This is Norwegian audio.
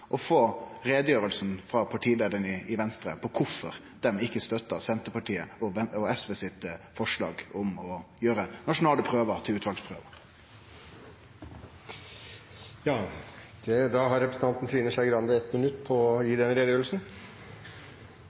å få ei utgreiing frå partileiaren i Venstre om kvifor dei ikkje støttar forslaget til Senterpartiet og SV om å gjere nasjonale prøver til utvalsprøver. Representanten Trine Skei Grande har